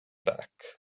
back